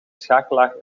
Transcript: schakelaar